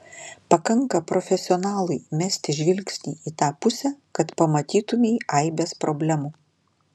pakanka profesionalui mesti žvilgsnį į tą pusę kad pamatytumei aibes problemų